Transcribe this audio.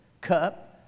cup